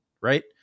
right